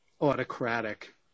autocratic